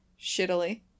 shittily